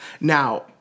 now